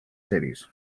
cities